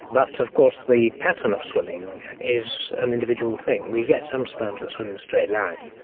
but of course the pattern of swimming is an individual thing. we get some sperms that swim in a straight line,